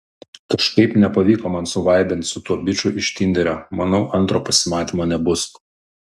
kažkaip nepavyko man suvaibint su tuo biču iš tinderio manau antro pasimatymo nebus